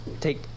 take